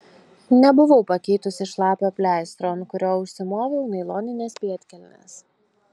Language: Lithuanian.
nebuvau pakeitusi šlapio pleistro ant kurio užsimoviau nailonines pėdkelnes